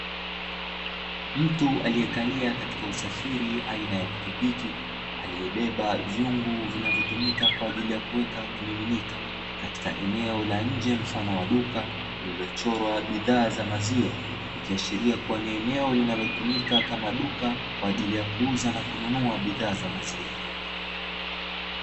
Mtu aliyekalia katika usafiri aina ya pikipiki; aliyebeba vyungu vinavyotumika kwa ajili ya kuweka kimiminika, katika eneo la nje mfano duka lililochorwa bidhaa za maziwa. Ikiashiria kuwa ni eneo linalotumika kama duka kwa ajili ya kuuza na kununua bidhaa za maziwa.